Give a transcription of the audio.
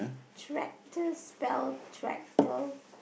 tractor spell tractor